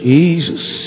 Jesus